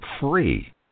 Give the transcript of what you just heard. free